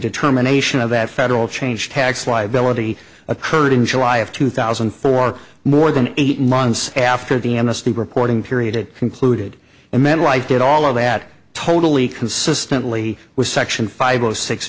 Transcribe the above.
determination of that federal change tax liability occurred in july of two thousand and four more than eight months after the amnesty reporting period concluded and then why did all of that totally consistently with section five of six